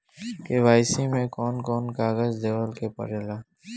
KYC मे कौन कौन कागज देवे के पड़ी?